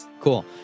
cool